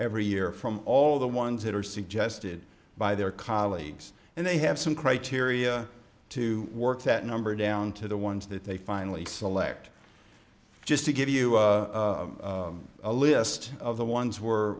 every year from all the ones that are suggested by their colleagues and they have some criteria to work that number down to the ones that they finally select just to give you a list of the ones we're